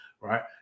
Right